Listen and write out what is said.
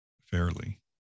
fairly